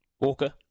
Walker